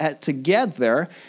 together